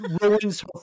ruins